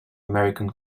american